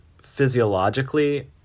physiologically